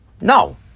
No